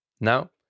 Now